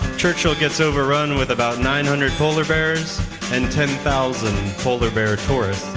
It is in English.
churchill gets overrun with about nine hundred polar bears and ten thousand polar bear tourists.